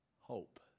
hope